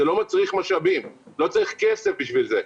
זה לא מצריך משאבים, לא צריך כסף בשביל זה.